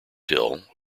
hill